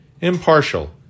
impartial